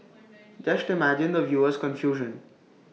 just imagine the viewer's confusion